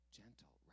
gentle